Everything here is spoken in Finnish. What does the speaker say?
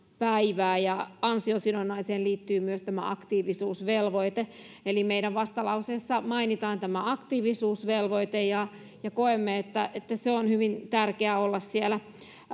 päivää ja ansiosidonnaiseen liittyy myös tämä aktiivisuusvelvoite meidän vastalauseessamme mainitaan tämä aktiivisuusvelvoite ja ja koemme että sen on hyvin tärkeä olla siellä